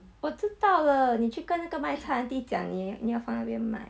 我知道了你跟那个卖菜 auntie 讲你你要放那边卖